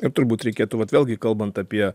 ir turbūt reikėtų vat vėlgi kalbant apie